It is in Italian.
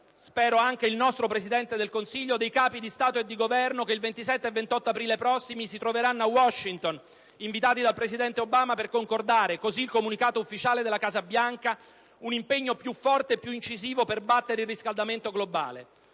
spero anche il nostro Presidente del Consiglio - dei Capi di Stato e di Governo che il 27 e 28 aprile prossimi si troveranno a Washington, invitati dal presidente Obama per concordare, come recita il comunicato ufficiale della Casa Bianca, "un impegno più forte e più incisivo per battere il riscaldamento globale".